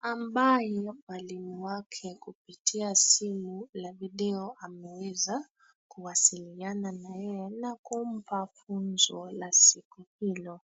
ambayo mwalimu wake kupitia simu la video ameweza kuwasiliana nayeye na kumpa funzo la siku hilo.